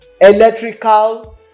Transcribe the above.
electrical